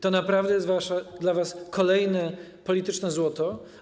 To naprawdę jest dla was kolejne polityczne złoto.